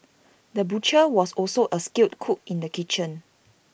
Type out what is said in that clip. the butcher was also A skilled cook in the kitchen